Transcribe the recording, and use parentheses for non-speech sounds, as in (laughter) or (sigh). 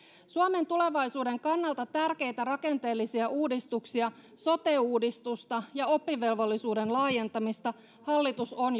suomen tulevaisuuden kannalta tärkeitä rakenteellisia uudistuksia sote uudistusta ja oppivelvollisuuden laajentamista hallitus on (unintelligible)